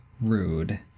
rude